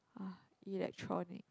ah electronic